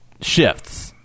shifts